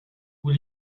will